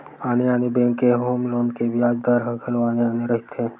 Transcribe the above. आने आने बेंक के होम लोन के बियाज दर ह घलो आने आने रहिथे